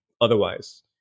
otherwise